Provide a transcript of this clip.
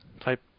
type